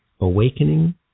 Awakening